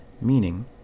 meaning